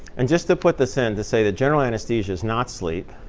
and just to put this in to say that general anesthesia is not sleep.